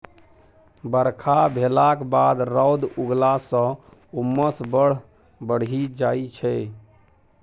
बरखा भेलाक बाद रौद उगलाँ सँ उम्मस बड़ बढ़ि जाइ छै